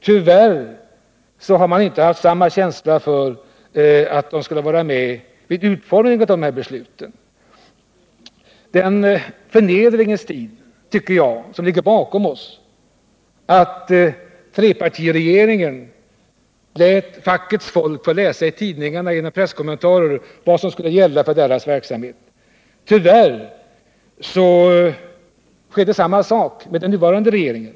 Tyvärr har man inte haft samma känsla för att fackliga representanter skulle vara med även vid utformningen av besluten. Den förnedringens tid borde ligga bakom oss då trepartiregeringen lät fackets folk få läsa i presskommentarer i tidningarna vad som skulle gälla för deras verksamhet. Tyvärr sker samma sak med den nuvarande regeringen.